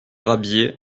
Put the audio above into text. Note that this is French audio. rabier